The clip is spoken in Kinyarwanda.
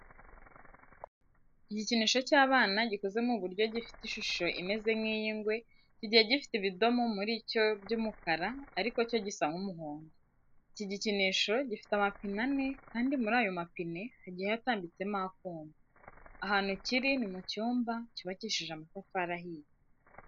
Igikinisho cy'abana gikoze mu buryo gifite ishusho imeze nk'iy'ingwe, kigiye gifite ibidomo muri cyo by'umukara ariko cyo gisa nk'umuhondo. Iki gikinisho gifite amapine ane kandi muri ayo mapine hagiye hatambitsemo akuma. Ahantu kiri ni mu cyumba cyubakishjije amatafari ahiye.